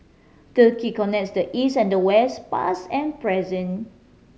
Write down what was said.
turkey connects the East and the West past and present